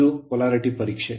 ಇದು polarity ಧ್ರುವೀಯ ಪರೀಕ್ಷೆ